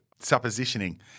suppositioning